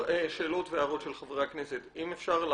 שאלות והערות של ח"כים לסעיפים האלה, אם אפשר.